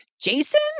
Jason